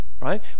Right